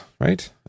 right